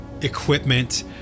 equipment